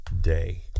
day